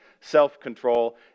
self-control